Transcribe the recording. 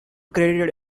credited